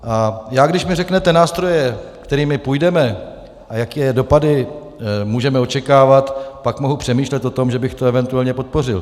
A já, když mi řeknete nástroje, kterými půjdeme, a jaké dopady můžeme očekávat, pak mohu přemýšlet o tom, že bych to eventuálně podpořil.